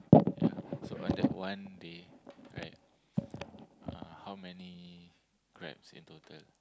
yeah so on that one day right uh how many Grabs in total